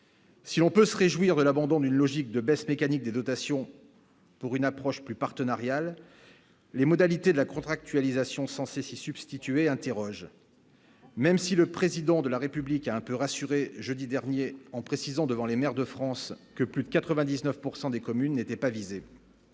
Si on peut se réjouir de l'abandon d'une logique de baisse mécanique des dotations pour une approche plus partenariale, les modalités de la contractualisation censé s'y substituer, interroges, même si le président de la République a un peu rassuré jeudi dernier en précisant, devant les maires de France, que plus de 99 pourcent des communes n'étaient pas visés.